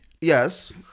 Yes